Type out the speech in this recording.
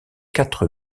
quatre